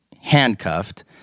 handcuffed